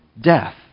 death